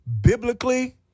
biblically